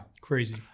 Crazy